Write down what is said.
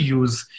use